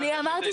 רק רגע,